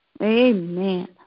Amen